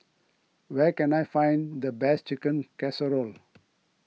where can I find the best Chicken Casserole